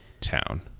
Town